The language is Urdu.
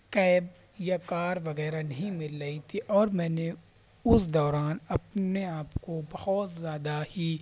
کیب یا کار وغیرہ نہیں مل رہی تھی اور میں نے اس دوران اپنے آپ کو بہت زیادہ ہی